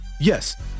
Yes